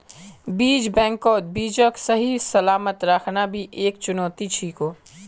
बीज बैंकत बीजक सही सलामत रखना भी एकता चुनौती छिको